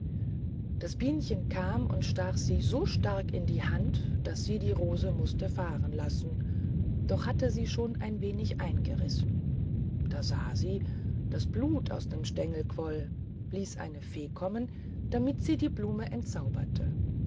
aber bienchen kam und stach sie so stark in die hand daß sie die rose mußte fahren lassen doch hatte sie schon ein wenig eingerissen da sah sie daß blut aus dem stengel quoll ließ eine fee kommen damit sie die blume entzauberte